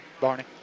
Barney